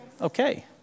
Okay